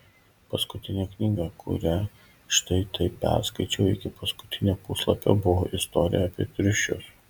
paskutinė knyga kurią štai taip perskaičiau iki paskutinio puslapio buvo istorija apie triušius